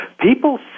People